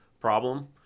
problem